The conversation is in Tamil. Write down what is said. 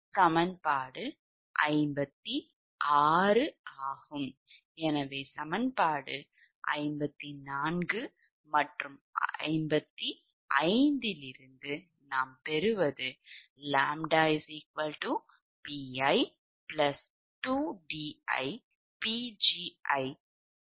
இது சமன்பாடு 56 ஆகும்